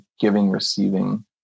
giving-receiving